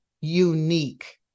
unique